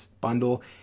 bundle